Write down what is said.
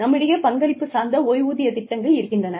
நம்மிடையே பங்களிப்பு சார்ந்த ஓய்வூதிய திட்டங்கள் இருக்கின்றன